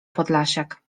podlasiak